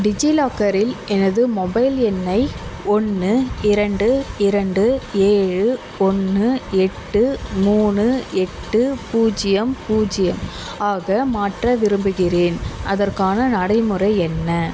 டிஜிலாக்கரில் எனது மொபைல் எண்ணை ஒன்று இரண்டு இரண்டு ஏழு ஒன்று எட்டு மூணு எட்டு பூஜ்ஜியம் பூஜ்ஜியம் ஆக மாற்ற விரும்புகிறேன் அதற்கான நடைமுறை என்ன